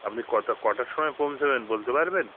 আপনি কতা কটার সময় পৌঁছাবেন বলতে পারবেন